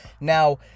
Now